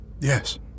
Yes